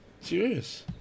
serious